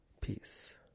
Peace